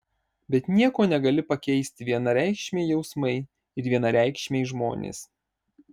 bet nieko negali pakeisti vienareikšmiai jausmai ir vienareikšmiai žmonės